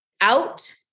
out